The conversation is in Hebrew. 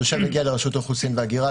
תושב שמגיע לרשות האוכלוסין וההגירה,